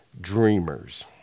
dreamers